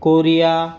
Korea